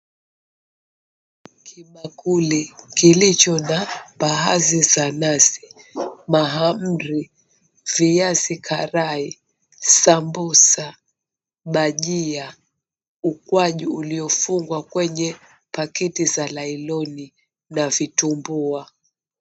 Kibakuli kilicho na mbaazi za nazi, mahamri, viazi karai, sambusa, bhajia, ukwaju uliofungwa kwenye pakiti za nyloni na vitumbua.